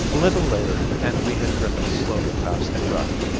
a little later and we had drifted slowly past the wreck.